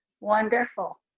wonderful